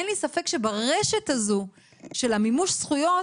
אין לי ספק שברשת זאת של מימוש הזכויות,